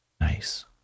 Nice